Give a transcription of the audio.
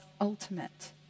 ultimate